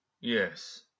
Yes